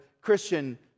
Christian